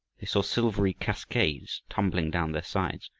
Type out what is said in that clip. they saw silvery cascades tumbling down their sides,